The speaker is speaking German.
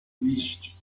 nicht